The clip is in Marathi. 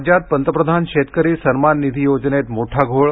राज्यात पंतप्रधान शेतकरी सन्मान निधी योजनेत मोठा घोळ